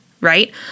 Right